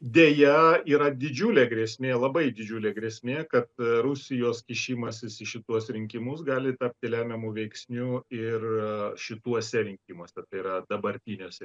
deja yra didžiulė grėsmė labai didžiulė grėsmė kad rusijos kišimasis į šituos rinkimus gali tapti lemiamu veiksniu ir šituose rinkimuose tai yra dabartiniuose